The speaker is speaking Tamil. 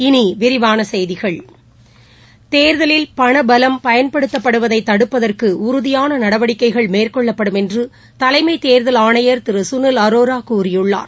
இனிவிரிவானசெய்திகள் பணபலம் பயன்படுத்தப்படுவதைதடுப்பதற்குஉறுதியானநடவடிக்கைகள் தேர்தலில் மேற்கொள்ளப்படும் என்றுதலைமைத் தேர்தல் ஆணையர் திரு கனில் அரோராகூறியுள்ளார்